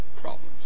problems